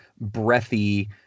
breathy